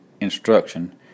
instruction